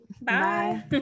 Bye